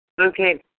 Okay